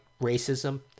racism